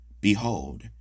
Behold